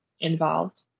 involved